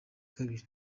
kabiri